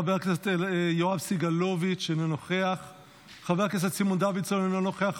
חבר הכנסת יואב סגלוביץ' אינו נוכח,